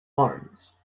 arms